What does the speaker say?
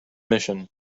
mission